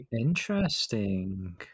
Interesting